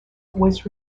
was